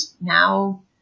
now